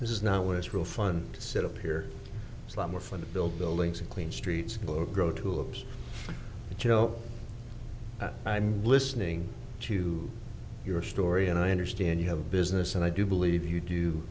this is not what is real fun set up here it's a lot more fun to build buildings and clean streets or grow tulips joe i'm listening to your story and i understand you have a business and i do believe you do